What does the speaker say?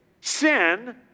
sin